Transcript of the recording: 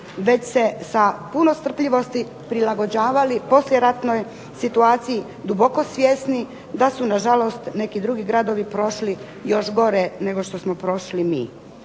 već se sa puno strpljivosti prilagođavali poslijeratnoj situaciji duboko svjesni da su na žalost neki drugi gradovi prošli još gore nego što smo prošli mi.